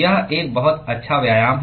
यह एक बहुत अच्छा व्यायाम है